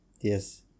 yes